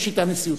יש שיטה נשיאותית.